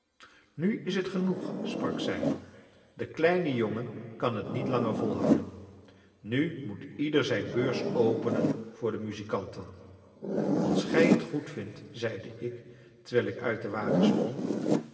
nu is het genoeg sprak zij de kleine jongen kan het niet langer volhouden nu moet ieder zijn beurs openen voor de muzikanten als gij het goedvindt zeide ik terwijl ik uit den wagen sprong